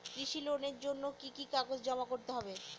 কৃষি লোনের জন্য কি কি কাগজ জমা করতে হবে?